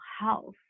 health